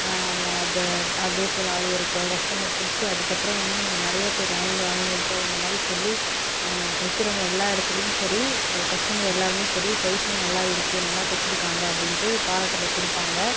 அதை அதேப்போல் அது ஒரு க கஸ்டமர் பிடித்து அதுக்கப்புறம் இன்னும் நிறைய பேர் அவங்க அவங்கள்கிட்ட இந்த மாதிரி சொல்லி நான் தைக்கிறவங்க எல்லா இடத்துலையும் சரி கஸ்டமர் எல்லாருமே சரி சைஸும் நல்லா இருக்கு நல்லா தைச்சிருக்காங்க அப்படின்ட்டு பாராட்டலை கொடுப்பாங்க